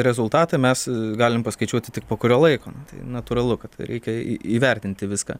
rezultatą mes galim paskaičiuoti tik po kurio laiko natūralu kad reikia į įvertinti viską